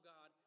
God